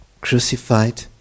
crucified